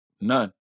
None